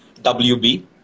WB